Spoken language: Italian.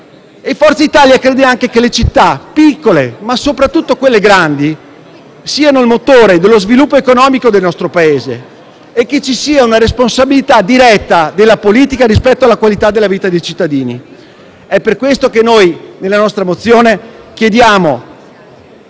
Forza Italia crede anche che le città piccole, ma soprattutto quelle grandi siano il motore dello sviluppo economico del nostro Paese e che ci sia una responsabilità diretta della politica rispetto alla qualità della vita dei cittadini. È per questo che noi, nella nostra mozione, chiediamo